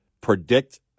predict